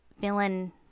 feeling